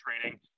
training